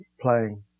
playing